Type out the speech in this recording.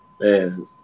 Man